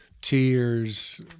tears